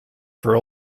for